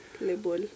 label